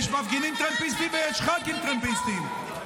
יש מפגינים טרמפיסטים ויש ח"כים טרמפיסטים.